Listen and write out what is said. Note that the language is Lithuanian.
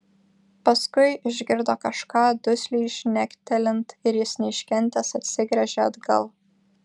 paskui išgirdo kažką dusliai žnektelint ir jis neiškentęs atsigręžė atgal